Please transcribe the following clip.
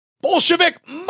Bolshevik